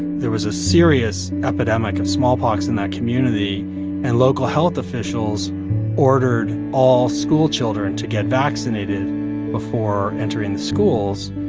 there was a serious epidemic of smallpox in that community and local health officials ordered all school children to get vaccinated before entering the schools.